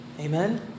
Amen